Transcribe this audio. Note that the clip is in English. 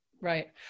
right